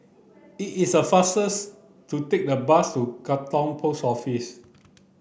it is a faster's to take the bus to Katong Post Office